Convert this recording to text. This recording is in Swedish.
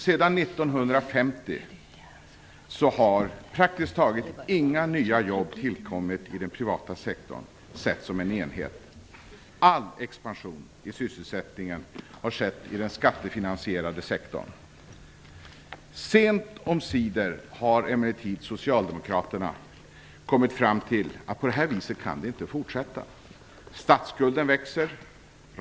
Sedan 1950 har praktiskt taget inga nya jobb tillkommit i den privata sektorn, sett som en enhet. All expansion i sysselsättningen har skett i den skattefinansierade sektorn. Sent omsider har emellertid socialdemokraterna kommit fram till att det inte kan fortsätta på det här viset. Statsskulden växer.